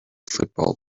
football